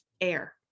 air